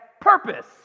purpose